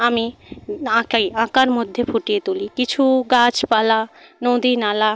আমি আঁকাই আঁকার মধ্যে ফুটিয়ে তুলি কিছু গাছপালা নদীনালা